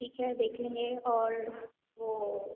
ठीक है देखेंगे और वह